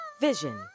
vision